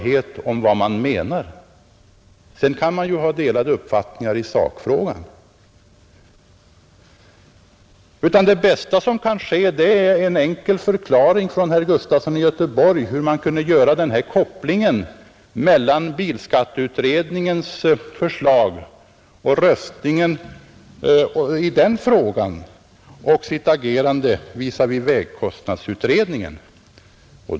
Sedan kan man ju ha politiken m.m. delade uppfattningar i sakfrågan. Det bästa vore alltså en enkel förklaring från herr Gustafson i Göteborg om hur man kunde göra den här kopplingen mellan röstningen om bilskatteutredningens förslag och sitt agerande beträffande vägkostnadsutredningen.